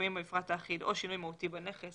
שמופיעים במפרט האחיד או שינוי מהותי בנכס